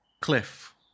Cliff